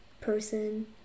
person